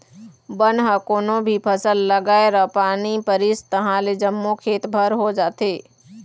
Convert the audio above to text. बन ह कोनो भी फसल लगाए र पानी परिस तहाँले जम्मो खेत भर हो जाथे